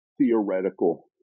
theoretical